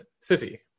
city